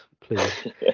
please